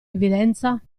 evidenza